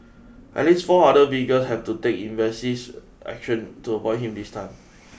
at least four other vehicle had to evasive action to avoid him this time